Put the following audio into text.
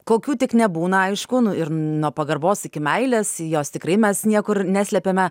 kokių tik nebūna aišku nu ir nuo pagarbos iki meilės jos tikrai mes niekur neslepiame